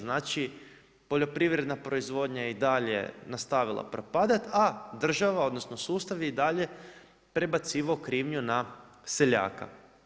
Znači poljoprivredna proizvodnja i dalje je nastavila propadat, a država odnosno sustav je i dalje prebacivao krivnju na seljaka.